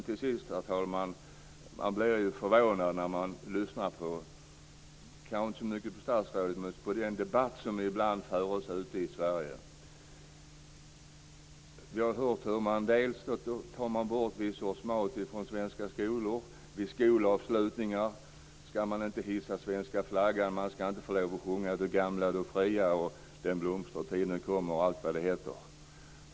Till sist, herr talman, vill jag säga att jag blir förvånad när jag lyssnar kanske inte så mycket på statsrådet som på den debatt som ibland förs ute i Sverige. Vi har hört hur man tar bort en viss sorts mat från svenska skolor. Vid skolavslutningar skall man inte hissa svenska flaggan. Man skall inte få lova att sjunga t.ex. Du gamla du fria och Den blomstertid nu kommer.